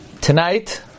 Tonight